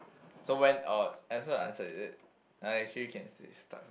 so when oh and so your answer is it I actually can say stuff